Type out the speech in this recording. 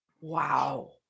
Wow